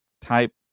type